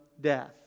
Death